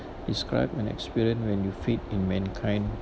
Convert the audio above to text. describe an experience when your faith in mankind